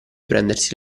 prendersi